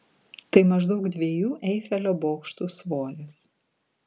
tai maždaug dviejų eifelio bokštų svoris